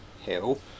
Hill